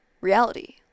reality